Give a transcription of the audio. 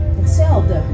hetzelfde